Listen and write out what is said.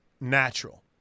natural